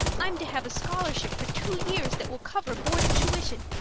i'm to have a scholarship for two years that will cover board and tuition.